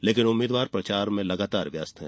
लेकिन उम्मीदवार प्रचार में लगातार व्यस्त हैं